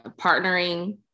partnering